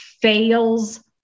fails